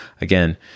again